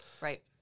Right